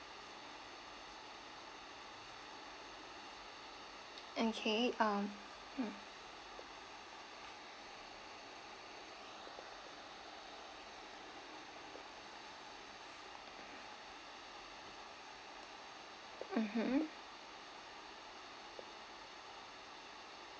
okay um mmhmm